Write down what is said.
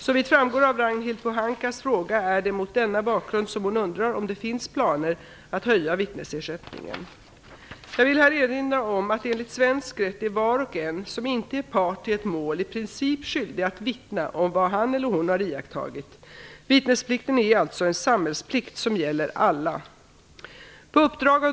Såvitt framgår av Ragnhild Pohankas fråga är det mot denna bakgrund som hon undrar om det finns planer på att höja vittnesersättningen. Jag vill här erinra om att enligt svensk rätt är var och en som inte är part i ett mål i princip skyldig att vittna om vad han eller hon har iakttagit. Vittnesplikten är alltså en samhällsplikt som gäller alla.